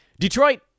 Detroit